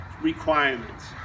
requirements